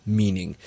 meaning